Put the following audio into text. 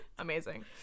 amazing